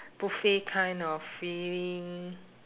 buffet kind of feeling